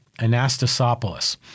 Anastasopoulos